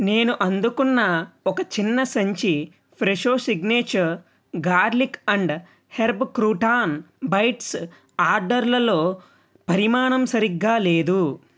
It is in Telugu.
నేను అందుకున్న ఒక చిన్న సంచి Fresho signature garlic and herb croutons bites ఆర్డర్లలో పరిమాణం సరిగ్గా లేదు